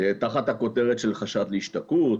תחת הכותרת של חשד להשתכרות